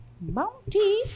bounty